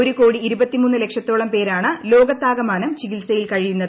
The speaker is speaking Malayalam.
ഒരുകോടി പേരാണ് ലോകത്താകമാനം ചികിത്സയിൽ കഴിയുന്നത്